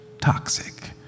toxic